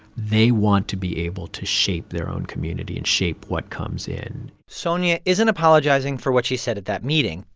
they want to be able to shape their own community and shape what comes in sonja isn't apologizing for what she said at that meeting.